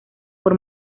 por